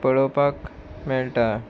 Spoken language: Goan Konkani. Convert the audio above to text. पळोवपाक मेळटा